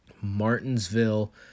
Martinsville